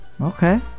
okay